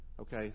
Okay